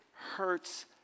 hurts